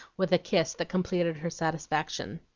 with a kiss that completed her satisfaction.